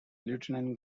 lieutenant